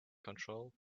control